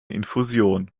infusion